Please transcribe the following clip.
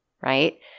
right